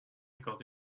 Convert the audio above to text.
got